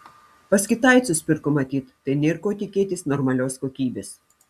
pas kitaicus pirko matyt tai nėr ko tikėtis normalios kokybės